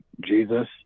Jesus